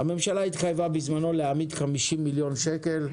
הממשלה התחייבה בזמנו להעמיד 50 מיליון שקל.